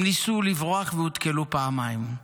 הם ניסו לברוח והותקלו פעמיים.